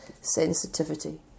sensitivity